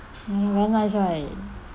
mm very nice right